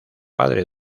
padre